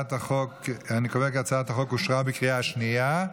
הצעת החוק אושרה בקריאה השנייה.